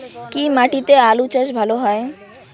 কি মাটিতে আলু চাষ ভালো হয়?